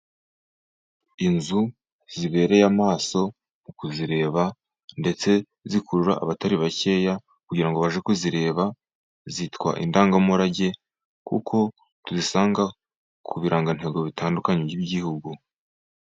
Inzu zibereye amaso mu kuzireba ,ndetse zikurura abatari bakeya kugira ngo bajye kuzireba, zitwa indangamurage, kuko tuzisanga ku birangantego bitandukanye by'igihugu.